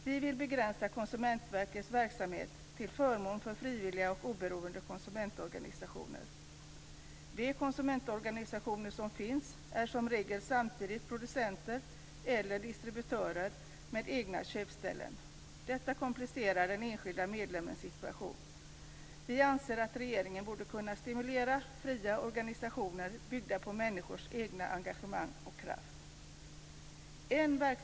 Vi vill begränsa Konsumentverkets verksamhet till förmån för frivilliga och oberoende konsumentorganisationer. De konsumentorganisationer som finns är som regel samtidigt producenter eller distributörer med egna köpställen. Detta komplicerar den enskilda medlemmens situation. Vi anser att regeringen borde kunna stimulera fria organisationer byggda på människors egna engagemang och kraft. Fru talman!